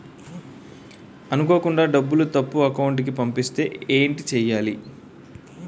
అనుకోకుండా డబ్బులు తప్పు అకౌంట్ కి పంపిస్తే ఏంటి చెయ్యాలి?